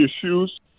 issues